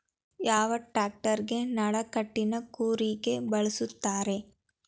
ಯಾವ ಟ್ರ್ಯಾಕ್ಟರಗೆ ನಡಕಟ್ಟಿನ ಕೂರಿಗೆ ಬಳಸುತ್ತಾರೆ?